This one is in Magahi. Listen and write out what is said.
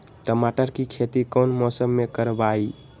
टमाटर की खेती कौन मौसम में करवाई?